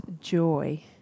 joy